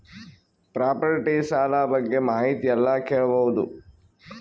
Property ಸಾಲ ಬಗ್ಗೆ ಮಾಹಿತಿ ಎಲ್ಲ ಕೇಳಬಹುದು?